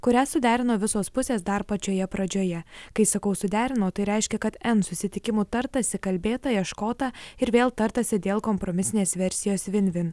kurią suderino visos pusės dar pačioje pradžioje kai sakau suderino tai reiškia kad n susitikimų tartasi kalbėta ieškota ir vėl tartasi dėl kompromisinės versijos vin vin